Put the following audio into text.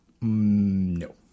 No